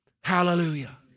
Hallelujah